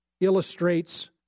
illustrates